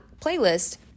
playlist